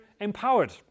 empowered